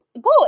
go